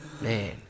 man